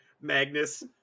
Magnus